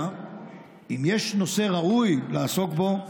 אם יש נושא ראוי לעסוק בו,